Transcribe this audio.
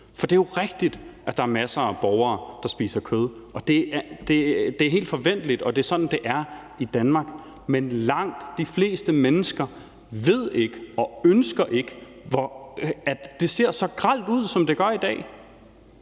For det er jo rigtigt, at der er masser af borgere, der spiser kød, og det er helt forventeligt, og det er sådan, det er i Danmark. Men langt de fleste mennesker ved ikke og ønsker ikke, at det ser så grelt ud, som det gør i dag.